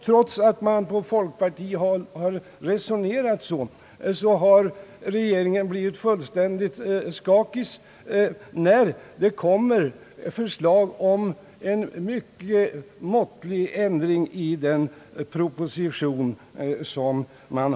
Trots att man resonerat så på folkpartihåll har regeringen blivit fullständigt »skakis», när det kommit förslag om en mycket måttlig ändring i propositionen.